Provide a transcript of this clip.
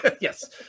Yes